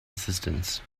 assistance